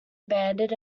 abandoned